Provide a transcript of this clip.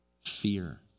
fear